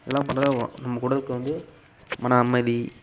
இதெல்லாம் பண்ணுறது நமக்கு நம்ம உடலுக்கு வந்து மன அமைதி